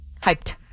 Hyped